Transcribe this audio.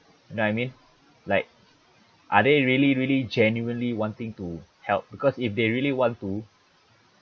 you know what I mean like are they really really genuinely wanting to help because if they really want to